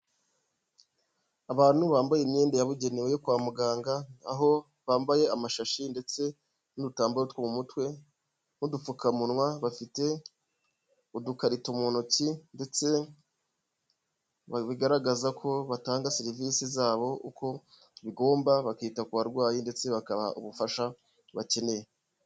Abantu bambaye imyenda yabugenewe kwa muganga, aho bambaye amashashi ndetse n'udutambaro two mu mutwe n'udupfukamunwa, bafite udukarito mu ntoki, ndetse bigaragaza ko batanga serivisi zabo uko bigomba, bakita ku barwayi ndetse bakaha ubufasha bakeneye.